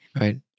Right